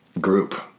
group